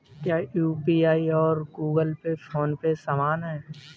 क्या यू.पी.आई और Google Pay PhonePe समान हैं?